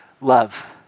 love